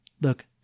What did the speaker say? Look